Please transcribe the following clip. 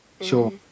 Sure